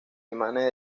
imágenes